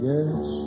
Yes